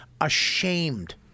Ashamed